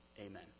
Amen